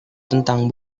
tentang